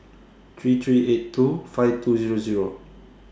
three three eight two five two Zero Zero